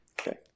okay